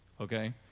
Okay